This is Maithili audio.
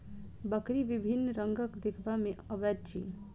बकरी विभिन्न रंगक देखबा मे अबैत अछि